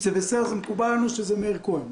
זה מקובל עלינו שזה מאיר כהן,